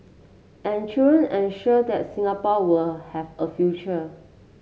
and children ensure that Singapore were have a future